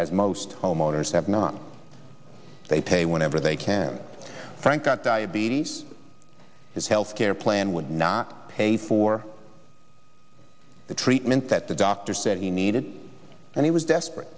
as most homeowners have not they pay whatever they can and frank got diabetes his healthcare plan would not pay for the treatment that the doctor said he needed and he was desperate